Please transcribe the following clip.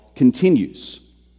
continues